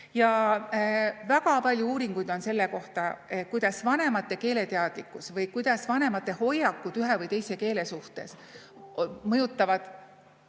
Ja väga palju uuringuid on selle kohta, kuidas vanemate keeleteadlikkus või kuidas vanemate hoiakud ühe või teise keele suhtes mõjutavad